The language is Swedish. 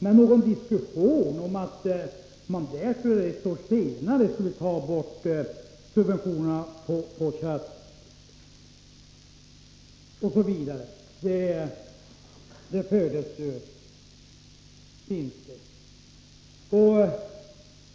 Men någon diskussion fördesinte om att man ett år senare skulle ta bort subventionerna på kött osv.